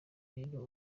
rero